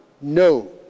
no